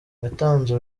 yatanze